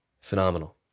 Phenomenal